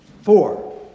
Four